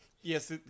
Yes